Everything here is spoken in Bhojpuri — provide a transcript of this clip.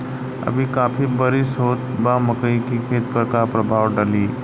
अभी काफी बरिस होत बा मकई के खेत पर का प्रभाव डालि?